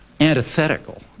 antithetical